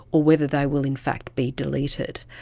or whether they will in fact be deleted.